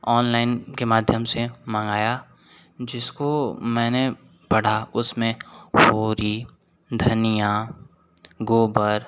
online के माध्यम से मंगाया जिसको मैंने पढ़ा उसमें होरी धनिया गोबर